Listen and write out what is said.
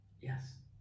Yes